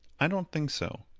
i don't think so.